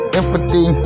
empathy